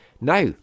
Now